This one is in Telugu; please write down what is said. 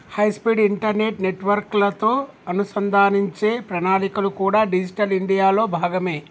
హైస్పీడ్ ఇంటర్నెట్ నెట్వర్క్లతో అనుసంధానించే ప్రణాళికలు కూడా డిజిటల్ ఇండియాలో భాగమే